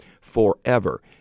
forever